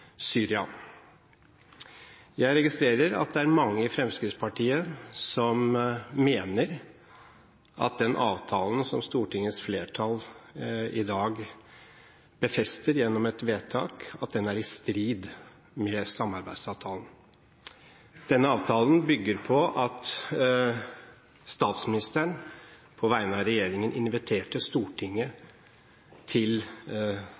Syria. Jeg registrerer at det er mange i Fremskrittspartiet som mener at den avtalen som Stortingets flertall i dag befester gjennom et vedtak, er i strid med samarbeidsavtalen. Denne avtalen bygger på at statsministeren på vegne av regjeringen inviterte Stortinget til